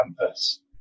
campus